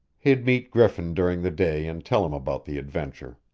he'd meet griffin during the day and tell him about the adventure.